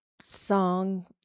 song